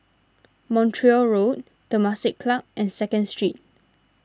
Montreal Road Temasek Club and Second Street